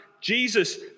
Jesus